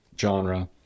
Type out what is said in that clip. genre